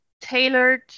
tailored